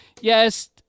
yes